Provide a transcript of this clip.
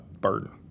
burden